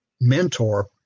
mentor